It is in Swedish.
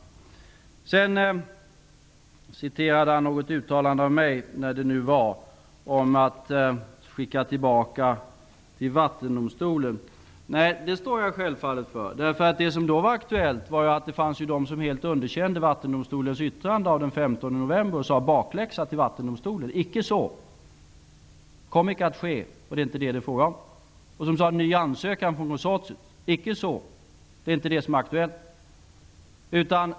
Lars-Erik Lövdén citerade också något uttalande av mig om att skicka tillbaka ärendet till Vattendomstolen. Det uttalandet står jag självfallet för. Det som då var aktuellt var ju att det fanns de som helt underkände Vattendomstolens yttrande av den 15 november och ville ge Vattendomstolen bakläxa. Men icke så! Detta kommer icke att ske, och det är inte det som det är fråga om. Det fanns de som talade om en ny ansökan från konsortiet. Icke så! Det är inte det som är aktuellt.